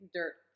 dirt